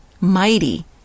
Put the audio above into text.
mighty